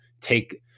Take